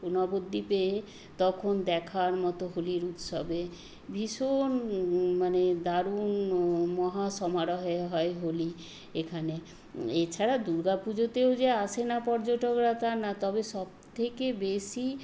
নবদ্বীপে তখন দেখার মতো হোলির উৎসবে ভীষণ মানে দারুণ মহাসমারোহে হয় হোলি এখানে এছাড়া দুর্গাপুজোতেও যে আসে না পর্যটকরা তা না তবে সবথেকে বেশি